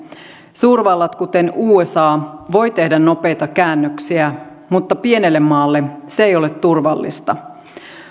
suurvallat kuten usa voivat tehdä nopeita käännöksiä mutta pienelle maalle se ei ole turvallista